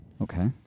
Okay